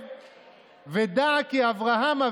ולבסוף הביאה את